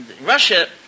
Russia